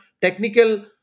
technical